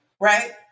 right